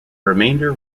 remainder